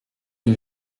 lui